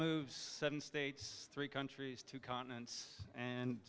moves seven states three countries two continents and